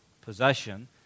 possession